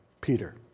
Peter